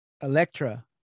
Electra